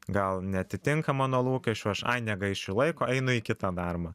gal neatitinka mano lūkesčių aš ai negaišiu laiko einu į kitą darbą